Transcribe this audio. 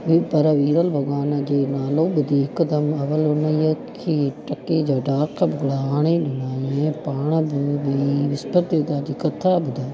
वरी पर विरल भॻवान जे नालो ॿुधी हिकदमि अवल हुनई खे टके जा डाख भुॻड़ा आणे ॾिना हीअं पाण बि वेई विस्पति देवता जी कथा ॿुधई